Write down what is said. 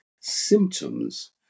symptoms